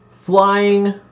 flying